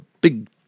big